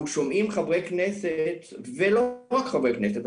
שומעים חברי כנסת ולא רק חברי כנסת,